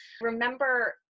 remember